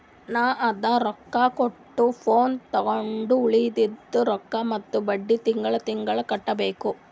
ನಾ ಅರ್ದಾ ರೊಕ್ಕಾ ಕೊಟ್ಟು ಫೋನ್ ತೊಂಡು ಉಳ್ದಿದ್ ರೊಕ್ಕಾ ಮತ್ತ ಬಡ್ಡಿ ತಿಂಗಳಾ ತಿಂಗಳಾ ಕಟ್ಟಬೇಕ್